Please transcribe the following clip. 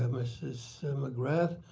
ms. mcgrath,